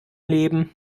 leben